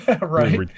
Right